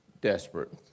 desperate